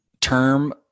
term